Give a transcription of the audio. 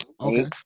Okay